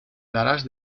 darás